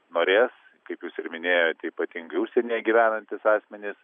norės jūs ir minėjot ypatingi užsienyje gyvenantys asmenys